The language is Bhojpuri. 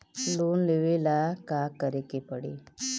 लोन लेवे ला का करे के पड़ी?